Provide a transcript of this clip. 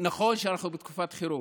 נכון שאנחנו בתקופת חירום,